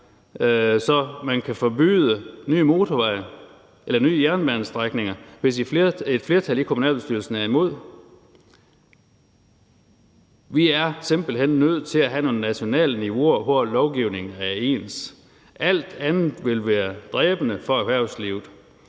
så man kan forbyde nye motorveje eller nye jernbanestrækninger, hvis et flertal i kommunalbestyrelsen er imod? Vi er simpelt hen nødt til at have nogle nationale niveauer, hvor lovgivningen er ens. Alt andet vil være dræbende for erhvervslivet.